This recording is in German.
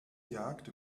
jagd